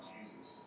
Jesus